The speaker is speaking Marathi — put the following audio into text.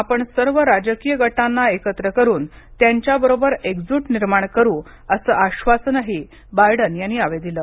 आपण सर्व राजकीय गटांना एकत्र करून त्यांच्या बरोबर एकजूट निर्माण करू असं आश्वासनही बायडन यांनी यावेळी दिलं